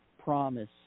promise